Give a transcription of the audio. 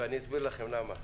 ואסביר לכם למה.